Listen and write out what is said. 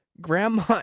Grandma